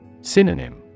Synonym